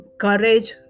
courage